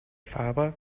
fahrer